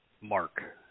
Mark